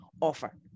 offer